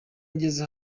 ngeze